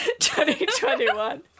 2021